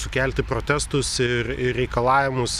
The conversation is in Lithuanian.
sukelti protestus ir ir reikalavimus